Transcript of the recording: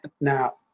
Now